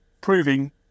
proving